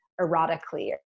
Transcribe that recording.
erotically